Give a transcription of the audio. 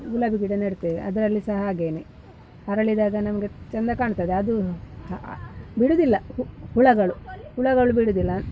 ಗುಲಾಬಿ ಗಿಡ ನೆಡ್ತೇವೆ ಅದರಲ್ಲಿ ಸಹ ಹಾಗೆಯೇ ಅರಳಿದಾಗ ನಮಗೆಚೆಂದ ಕಾಣ್ತದೆ ಅದು ಬಿಡುವುದಿಲ್ಲ ಹುಳುಗಳು ಹುಳುಗಳು ಬಿಡುವುದಿಲ್ಲ